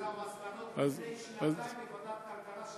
אלה המסקנות מלפני שנתיים בוועדת הכלכלה, שהבאתי.